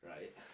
Right